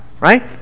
right